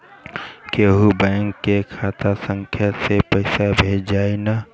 कौन्हू बैंक के खाता संख्या से पैसा भेजा जाई न?